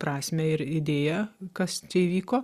prasmę ir idėją kas įvyko